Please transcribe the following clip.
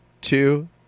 two